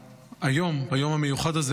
ביום המיוחד הזה,